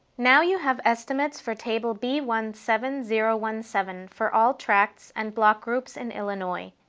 now you have estimates for table b one seven zero one seven for all tracts and block groups in illinois.